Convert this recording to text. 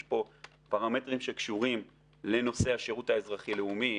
יש פה פרמטרים שקשורים לנושא השירות האזרחי-לאומי,